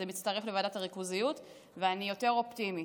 זה מצטרף לוועדת הריכוזיות, ואני יותר אופטימית.